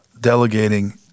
delegating